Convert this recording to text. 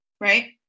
Right